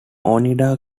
oneida